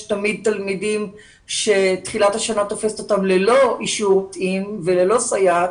יש תמיד תלמידים שהם ללא אישור וללא סייעת,